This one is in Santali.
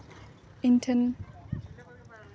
ᱤᱧ ᱴᱷᱮᱱ